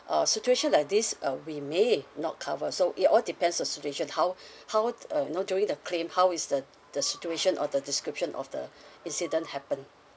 uh situation like this uh we may not cover so it all depends on situation how how uh you know during the claim how is the the situation or the description of the incident happened